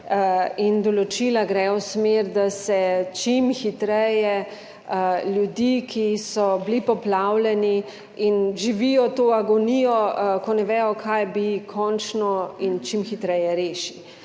in določila gredo v smer, da se čim hitreje ljudi, ki so bili poplavljeni in živijo to agonijo, ko ne vedo, kaj bi končno in čim hitreje rešili.